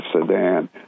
sedan